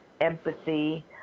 empathy